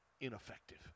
ineffective